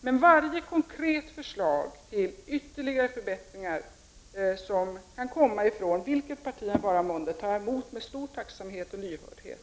Men varje konkret förslag till ytterligare förbättringar från vilket parti det vara månde tar jag emot med stor tacksamhet och lyhördhet.